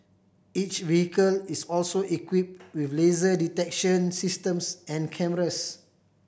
each vehicle is also equipped with laser detection systems and cameras